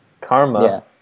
karma